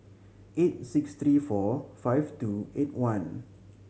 eight six three four five two eight one